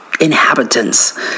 inhabitants